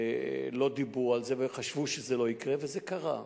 לא דיברו על זה וחשבו שזה לא יקרה, וזה קרה.